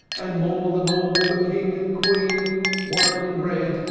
and, more than all, the king and queen one in red,